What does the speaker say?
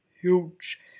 huge